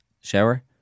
shower